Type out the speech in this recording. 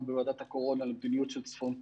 בוועדת הקורונה למדיניות של צפון קוריאה.